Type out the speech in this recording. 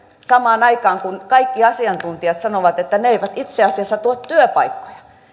samaan aikaan kun kaikki asiantuntijat sanovat että ne eivät itse asiassa tuo työpaikkoja